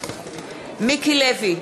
מיקי לוי,